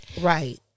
Right